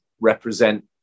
represent